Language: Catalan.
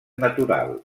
natural